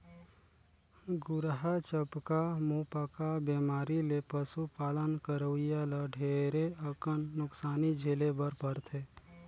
खुरहा चपका, मुहंपका बेमारी ले पसु पालन करोइया ल ढेरे अकन नुकसानी झेले बर परथे